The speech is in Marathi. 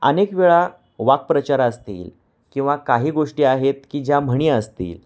अनेक वेळा वाक्प्रचार असतील किंवा काही गोष्टी आहेत की ज्या म्हणी असतील